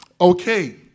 Okay